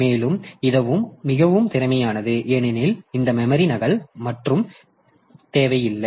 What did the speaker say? மேலும் இது மிகவும் திறமையானது ஏனெனில் இந்த மெமரி நகல் மற்றும் தேவையில்லை